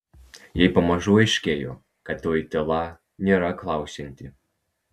jai pamažu aiškėjo kad toji tyla nėra klausianti